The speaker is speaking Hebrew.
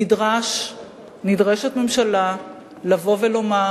נדרשת ממשלה לבוא ולומר: